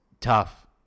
tough